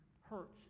hurts